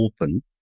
open